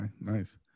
nice